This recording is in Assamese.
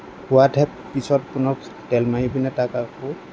হোৱাতহে পিছত পুনৰ তেল মাৰি পিনে তাক আকৌ